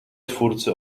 twórcy